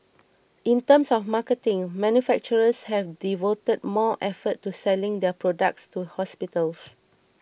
in terms of marketing manufacturers have devoted more effort to selling their products to hospitals